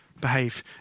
behave